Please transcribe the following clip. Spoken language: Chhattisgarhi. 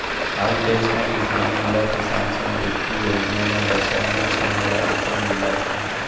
आज देस म किसान मन ल किसान समृद्धि योजना म बछर म छै हजार रूपिया मिलत हे